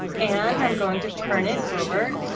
and i'm going to turn it over